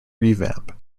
revamp